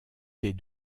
tes